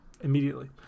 immediately